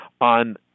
on